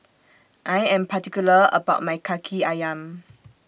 I Am particular about My Kaki Ayam